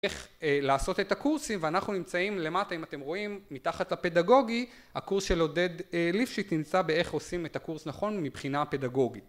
איך אה... לעשות את הקורסים, ואנחנו נמצאים למטה, אם אתם רואים, מתחת לפדגוגי. הקורס של עודד ליפשיץ נמצא ב"איך עושים את הקורס נכון מבחינה פדגוגית".